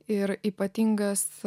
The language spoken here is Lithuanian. ir ypatingas